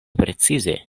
precize